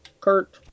Kurt